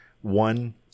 One